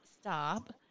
Stop